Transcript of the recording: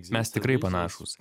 mes tikrai panašūs